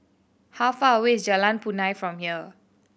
how far away is Jalan Punai from here